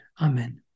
Amen